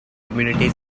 community